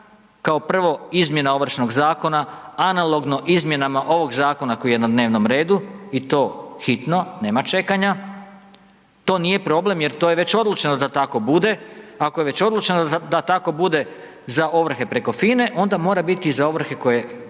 kao prvo, izmjena Ovršnog zakona, analogno izmjenama ovog zakona koji je na dnevnom redu i to hitno, nema čekanja, to nije problem jer to je već odlučeno da tako bude, ako je već odlučeno da tako bude za ovrhe preko FINA-e, onda mora biti i za ovrhe koje